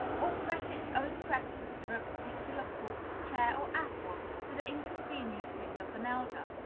or press its own preference for a particular book, chair, or apple, to the inconveniencing of an elder,